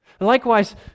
Likewise